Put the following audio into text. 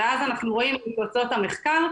ואז אנחנו רואים את תוצאות המחקר,